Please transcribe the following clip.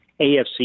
AFC